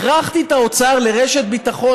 הכרחתי את האוצר לרשת ביטחון.